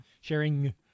Sharing